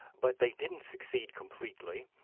but they didn't succeed completely,